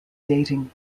dating